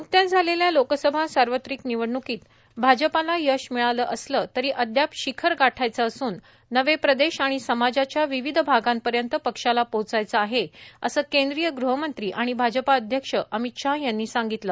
न्कत्याच झालेल्या लोकसभा सार्वत्रिक निवडण्कीत भाजपाला यश मिळालं असलं तरी अदयाप शिखर गाठायचं असून नवे प्रदेश आणि समाजाच्या विविध भागांपर्यंत पक्षाला पोहोचायचं आहे असं भाजपाध्यक्ष अमित शाह यांनी सांगितलं